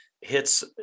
hits